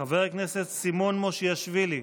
חבר הכנסת סימון מושיאשוילי.